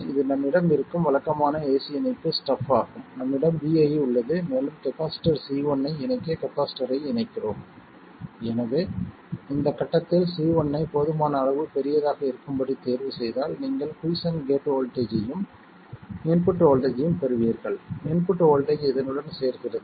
இது நம்மிடம் இருக்கும் வழக்கமான ஏசி இணைப்பு ஸ்டப் ஆகும் நம்மிடம் vi உள்ளது மேலும் கப்பாசிட்டர் C1 ஐ இணைக்க கப்பாசிட்டர்யை இணைக்கிறோம் எனவே இந்த கட்டத்தில் C1 ஐ போதுமான அளவு பெரியதாக இருக்கும்படி தேர்வுசெய்தால் நீங்கள் குய்ஸ்சென்ட் கேட் வோல்ட்டேஜ் ஐயும் இன்புட் வோல்ட்டேஜ் ஐயும் பெறுவீர்கள் இன்புட் வோல்ட்டேஜ் இதனுடன் சேர்க்கிறது